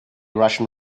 russian